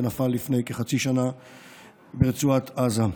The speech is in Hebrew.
שנפל לפני כחצי שנה ברצועת עזה.